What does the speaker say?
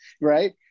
right